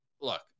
Look